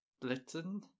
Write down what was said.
Blitzen